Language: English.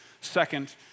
Second